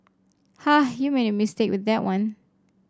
ha you made a mistake with that one